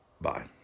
Bye